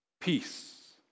peace